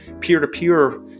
peer-to-peer